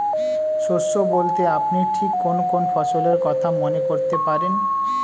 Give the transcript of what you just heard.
শস্য বলতে আপনি ঠিক কোন কোন ফসলের কথা মনে করতে পারেন?